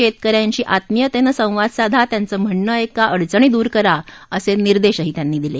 शेतक यांशी आत्मीयतेनं संवाद साधा त्यांचं म्हणणं ऐका अडचणी दूर करा असे निर्देशही त्यांनी दिले